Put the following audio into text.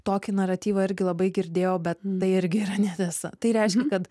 tokį naratyvą irgi labai girdėjau bet tai irgi yra netiesa tai reiškia kad